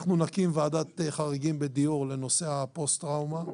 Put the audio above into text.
אנחנו נקים ועדת חריגים בדיור לנושא הפוסט-טראומה,